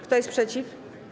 Kto jest przeciw?